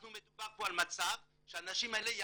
מדובר פה על מצב שהאנשים האלה יביאו,